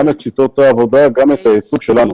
גם את שיטות העבודה וגם את הייצוג שלנו